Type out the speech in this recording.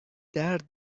درد